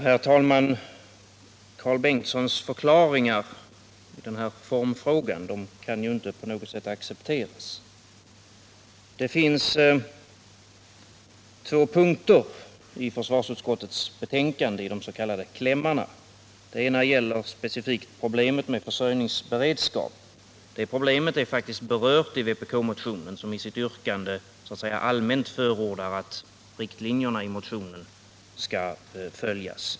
Herr talman! Karl Bengtssons förklaringar i formfrågan kan inte på något sätt accepteras. Det finns två punkter i den s.k. klämmen i försvarsutskottets betänkande. Den ena gäller problemet med försörjningsberedskap. Det problemet har faktiskt berörts i vpk-motionen, som i sitt yrkande allmänt förordar att riktlinjerna i motionen skall följas.